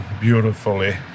beautifully